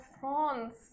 France